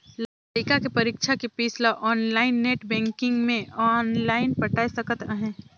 लइका के परीक्षा के पीस ल आनलाइन नेट बेंकिग मे आनलाइन पटाय सकत अहें